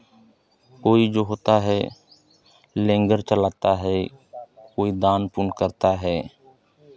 कोई जो होता है लंगर चलाता है कोइ दान पुण्य करता है